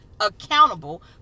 accountable